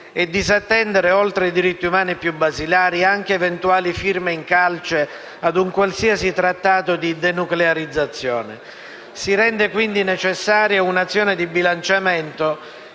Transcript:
di disattendere, oltre i diritti umani più basilari, anche eventuali firme in calce a un qualsiasi trattato di denuclearizzazione. Si rende, quindi, necessaria un'azione di bilanciamento